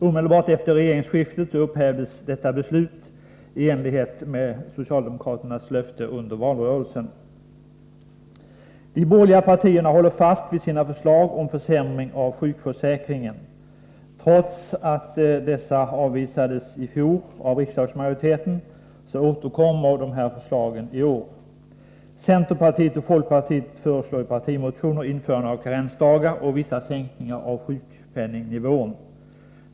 Omedelbart efter regeringsskiftet upphävdes detta beslut i enlighet med socialdemokraternas löfte under valrörelsen. De borgerliga partierna håller fast vid sina förslag om försämring av sjukförsäkringen. Trots att förslagen avvisades av riksdagsmajoriteten i fjol återkommer man med dem i år. Centerpartiet och folkpartiet föreslår i partimotioner införande av karensdagar och vissa sänkningar av sjukpenningnivån.